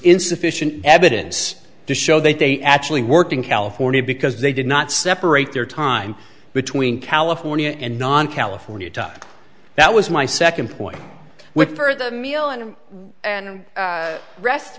insufficient evidence to show that they actually work in california because they did not separate their time between california and non california time that was my second point with for the meal and and the rest